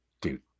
Dude